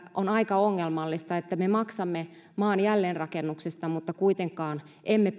on aika ongelmallista että me maksamme maan jälleenrakennuksesta mutta kuitenkaan emme